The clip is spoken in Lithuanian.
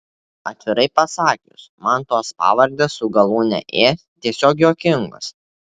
atvirai pasakius man tos pavardės su galūne ė tiesiog juokingos